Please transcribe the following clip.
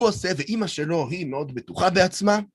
הוא עושה, ואימא שלו היא מאוד בטוחה בעצמה.